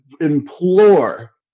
implore